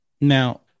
Now